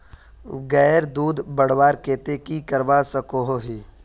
गायेर दूध बढ़वार केते की करवा सकोहो ही?